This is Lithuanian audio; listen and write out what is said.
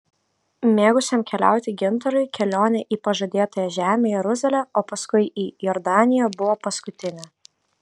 mėgusiam keliauti gintarui kelionė į pažadėtąją žemę jeruzalę o paskui į jordaniją buvo paskutinė